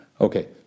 Okay